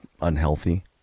unhealthy